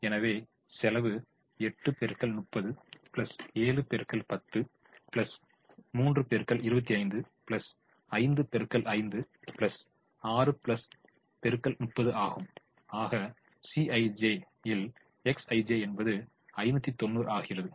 எனவே செலவு 8 x 30 7 x 10 3 x 25 5 x 5 6 x 30 ஆகும் ஆக Cij இல் Xij என்பது 590 ஆகிறது